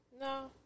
no